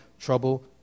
trouble